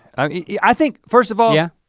um yeah i think first of all yeah?